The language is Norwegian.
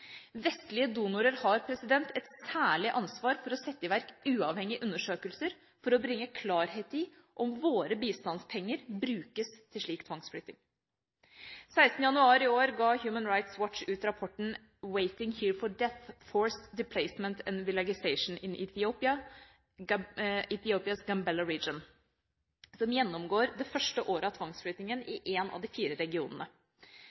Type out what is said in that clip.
verk uavhengige undersøkelser for å bringe klarhet i om våre bistandspenger brukes til slik tvangsflytting. Den 17. januar i år ga Human Rights Watch ut rapporten «Waiting Here for Death: Forced Displacement and «Villagization» in Ethiopia's Gambella Region», som gjennomgår det første året av tvangsflyttingen